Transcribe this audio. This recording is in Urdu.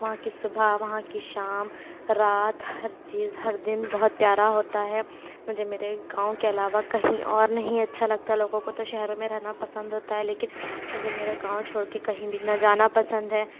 وہاں کی صبح وہاں کی شام رات ہر چیز ہر دن بہت پیارا ہوتا ہے مجھے میرے گاؤں کے علاوہ کہیں اور نہیں اچھا لگتا لوگوں کو تو شہروں میں رہنا پسند ہوتا ہے لیکن مجھے میرے گاؤں چھوڑ کے کہیں بھی نہ جانا پسند ہے